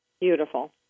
Beautiful